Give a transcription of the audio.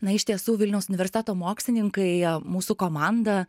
na iš tiesų vilniaus universiteto mokslininkai mūsų komanda